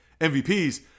MVPs